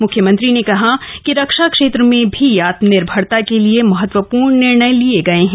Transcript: मुख्यमंत्री ने कहा कि रक्षा क्षेत्र में भी आत्मनिर्भरता के लिए महत्वपूर्ण निर्णय लिए गए हैं